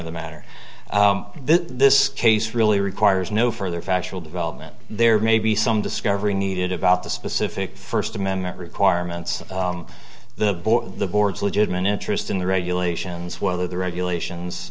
of the matter this case really requires no further factual development there may be some discovery needed about the specific first amendment requirements of the board the board's legitimate interest in the regulations whether the regulations